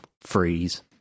freeze